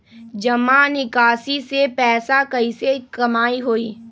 जमा निकासी से पैसा कईसे कमाई होई?